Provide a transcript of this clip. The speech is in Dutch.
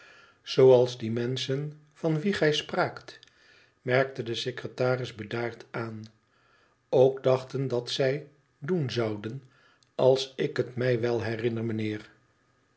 die menschen van wie gij spraakt merkte de secretaris bedaard aan ook dachten dat zij doen zouden als ik het mij wel herinner mijnheer